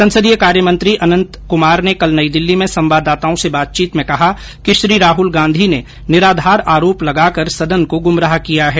संसदीय कार्यमंत्री अनंत कुमार ने कल नई दिल्ली में संवाददाताओं से बातचीत में कहा कि श्री राहुल गांधी ने निराधार आरोप लगाकर सदन को गुमराह किया है